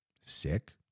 Sick